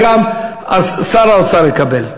וגם שר האוצר יקבל,